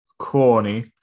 corny